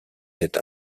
êtes